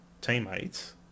teammates